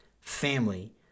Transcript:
family